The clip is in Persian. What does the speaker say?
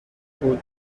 بود